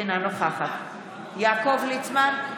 אינה נוכחת יעקב ליצמן,